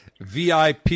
VIP